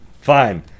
Fine